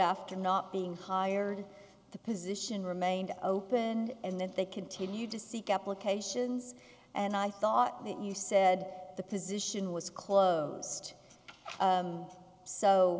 after not being hired the position remains open and that they continue to seek applications and i thought you said the position was closed